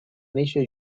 néixer